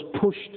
pushed